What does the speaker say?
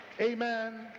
amen